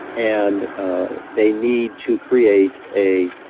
and ah they need to create a